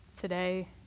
today